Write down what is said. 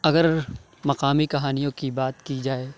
اگر مقامی کہانیوں کی بات کی جائے